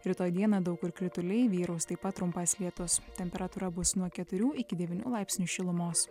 rytoj dieną daug kur krituliai vyraus taip pat trumpas lietus temperatūra bus nuo keturių iki devynių laipsnių šilumos